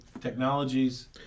technologies